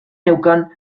neukan